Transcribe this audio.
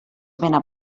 ben